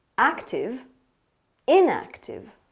active inactive.